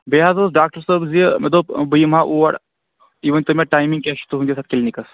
بیٚیہِ حظ اوس ڈاکٹر صٲب زِ مےٚ دوٚپ بہٕ یِمہٕ ہا اور یہِ ؤنۍ تو مےٚ ٹایمِنٛگ کیٛاہ چھُ تُہٕنٛدِس اَتھ کِلنِکَس